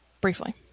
briefly